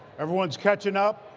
everyone's catching up.